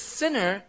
sinner